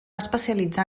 especialitzar